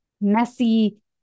messy